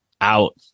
out